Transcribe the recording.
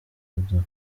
abagore